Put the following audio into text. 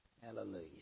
hallelujah